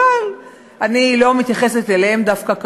אבל אני לא מתייחסת אליהם דווקא כרגע.